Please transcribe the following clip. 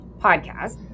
podcast